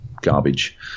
garbage